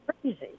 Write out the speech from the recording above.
Crazy